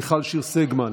מיכל שיר סגמן,